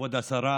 כבוד השרה,